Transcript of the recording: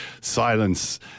silence